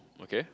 okay